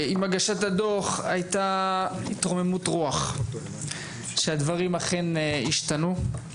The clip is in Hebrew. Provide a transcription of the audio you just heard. עם הגשת הדו"ח הייתה התרוממות רוח; שהדברים אכן ישתנו.